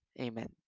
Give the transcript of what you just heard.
Amen